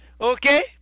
Okay